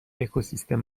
اکوسیستم